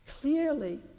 clearly